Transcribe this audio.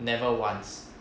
never once